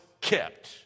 kept